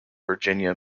virginia